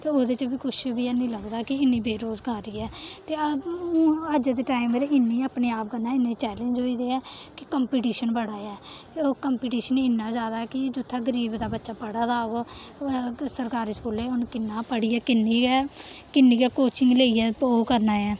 ते ओह्दे च कुछ बी निं लभदा कि इ'न्नी बेरोजगारी ऐ ते अज्ज दे टाइम दे इ'न्ने अपने आप कन्नै इ'न्ने चैलेंज होई गेदे कि कम्पिटिशन बड़ा ऐ कम्पिटिशन इ'न्ना जैदा कि जित्थै गरीब दा बच्चा पढ़ा दा होग सरकारी स्कूलें च उन्न किन्ना गै पढ़ियै कि'न्नी गै कोचिंग लेइयै ओह् करना ऐ